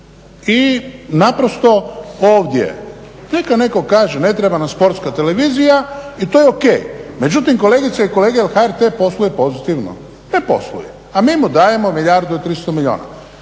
i naprosto ovdje neka netko kaže ne treba nam sportska televizija i to je o.k. Međutim kolegice i kolege jer HRT posluje pozitivno? Ne posluje a mi mu dajemo milijardu i 300 milijuna.